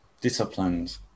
disciplined